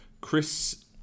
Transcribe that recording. Chris